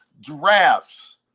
giraffes